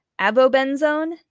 avobenzone